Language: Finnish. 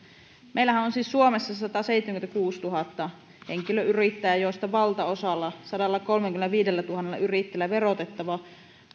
meillähän on siis suomessa sataseitsemänkymmentäkuusituhatta henkilöyrittäjää joista valtaosalla sadallakolmellakymmenelläviidellätuhannella yrittäjällä verotettava